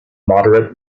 moderate